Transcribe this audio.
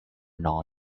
known